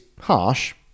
harsh